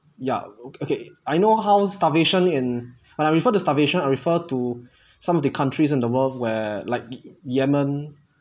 ya okay I know how starvation in when I refer to starvation I refer to some of the countries in the world where like yemen